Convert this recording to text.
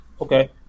Okay